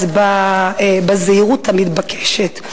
אז בזהירות המתבקשת.